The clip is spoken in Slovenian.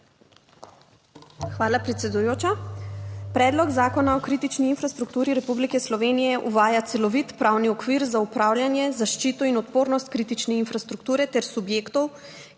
Hvala, predsedujoča. Predlog Zakona o kritični infrastrukturi Republike Slovenije uvaja celovit pravni okvir za upravljanje, zaščito in odpornost kritične infrastrukture ter subjektov,